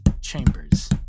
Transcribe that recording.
chambers